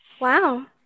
wow